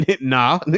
nah